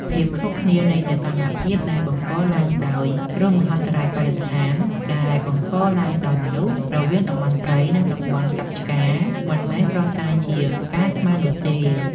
ភាពខុសគ្នានៃសីតុណ្ហភាពដែលបង្កឡើងដោយ គ្រោះមហន្តរាយបរិស្ថានដែលបង្កឡើងដោយមនុស្ស រវាងតំបន់ព្រៃ និងតំបន់កាប់ឆ្ការ មិនមែនគ្រាន់តែជាការស្មាននោះទេ។